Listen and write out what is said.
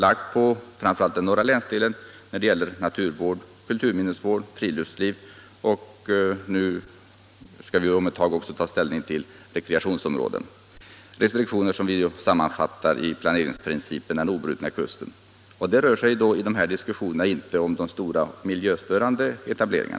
Detta gäller framför allt norra länsdelens restriktioner avseende naturvård, kulturminnesvård och friluftsliv — och nu skall vi också ta ställning till primära rekreationsområden. Restriktionerna har sammanfattats i planeringsprincipen ”den obrutna kusten”. Det rör sig i dessa diskussioner inte om stora miljöstörande etableringar.